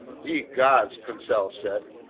ye gods, conseil said,